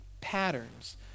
patterns